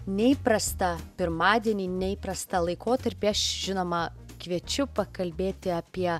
neįprastą pirmadienį neįprastą laikotarpį aš žinoma kviečiu pakalbėti apie